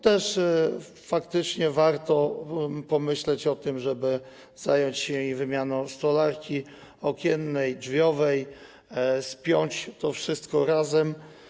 Też faktycznie warto pomyśleć o tym, żeby zająć się wymianą stolarki okiennej, drzwiowej, spiąć to wszystko razem.